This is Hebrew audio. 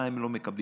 מה הם לא מקבלים,